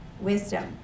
wisdom